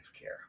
care